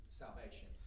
salvation